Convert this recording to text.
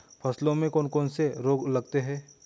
फसलों में कौन कौन से रोग लगते हैं?